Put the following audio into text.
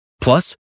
Plus